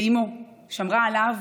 ואימו שמרה עליו